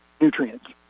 nutrients